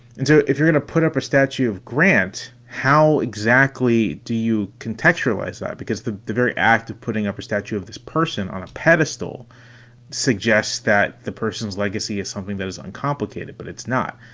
and so if you're gonna put up a statue of grant, how exactly exactly do you contextualize that? because the the very act of putting up a statue of this person on a pedestal suggests that the person's legacy is something that is uncomplicated, but it's not.